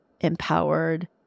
empowered